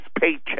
paycheck